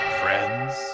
friends